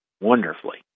wonderfully